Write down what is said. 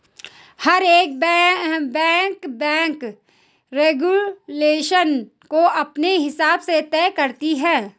हर एक bank bank regulation को अपने हिसाब से तय करती है